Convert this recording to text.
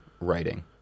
writing